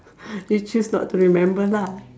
you choose not to remember lah